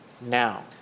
now